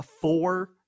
four